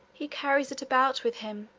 he carries it about with him,